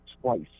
twice